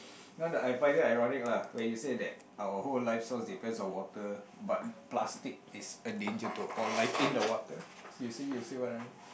now that I found is ironic lah when you said that our whole life source depends on water but plastic is a danger to all life in the water you see you see what I mean